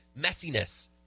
messiness